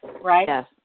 Right